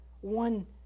one